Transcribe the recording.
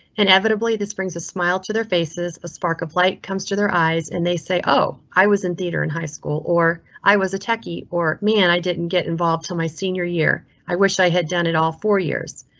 inevitably, this brings a smile to their faces. a spark of light comes to their eyes and they say, oh, i was in theater, in high school, or i was a techie or man. i didn't get involved to my senior year. i wish i had done it all four years.